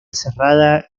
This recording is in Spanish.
cerrada